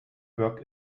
work